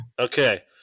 Okay